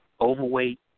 overweight